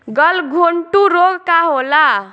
गलघोंटु रोग का होला?